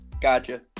Gotcha